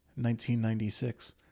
1996